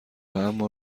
اما